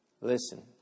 Listen